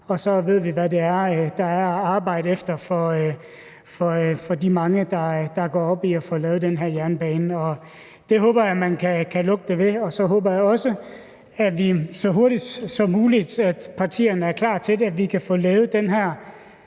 kr. Så ved vi, hvad der er at arbejde efter for de mange, der går op i at få lavet den her jernbane, og det håber jeg at man kan lukke den ved. Så håber jeg også, at vi så hurtigt som muligt – når partierne er klar til det – kan få lavet den her